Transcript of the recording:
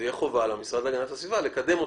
זה יהיה חובה על המשרד להגנת הסביבה לקדם אותה.